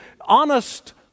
honest